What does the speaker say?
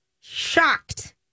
shocked